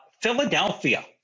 Philadelphia